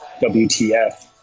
wtf